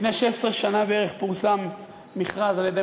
לפני 16 שנה בערך פורסם מכרז על-ידי